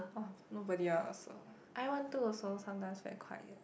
!wah! nobody [one] also I one two also sometimes very quiet